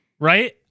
Right